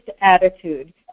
attitude